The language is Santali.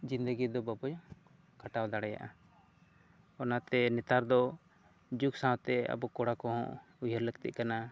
ᱡᱤᱱᱫᱮᱜᱮ ᱫᱚ ᱵᱟᱠᱚ ᱠᱷᱟᱴᱟᱣ ᱫᱟᱲᱮᱭᱟᱜᱼᱟ ᱚᱱᱟᱛᱮ ᱱᱮᱛᱟᱨ ᱫᱚ ᱡᱩᱜᱽ ᱥᱟᱶᱛᱮ ᱟᱵᱚ ᱠᱚᱲᱟ ᱠᱚᱦᱚᱸ ᱩᱭᱦᱟᱹᱨ ᱞᱟᱹᱠᱛᱤᱜ ᱠᱟᱱᱟ